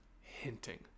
hinting